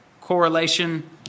correlation